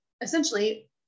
essentially